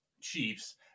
chiefs